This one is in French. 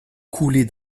coulaient